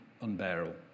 unbearable